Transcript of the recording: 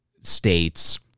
states